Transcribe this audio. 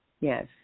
Yes